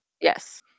yes